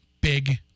big